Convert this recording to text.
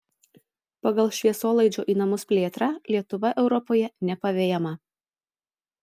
pagal šviesolaidžio į namus plėtrą lietuva europoje nepavejama